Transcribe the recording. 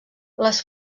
les